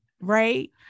right